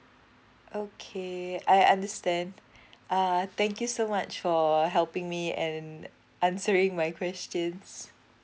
okay I understand uh thank you so much for helping me and answering my questions